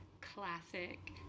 classic